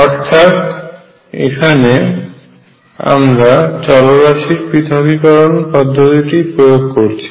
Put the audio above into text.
অর্থাৎ এখানে আমরা চলরাশির পৃথকীকরণ পদ্ধতিটি প্রয়োগ করেছি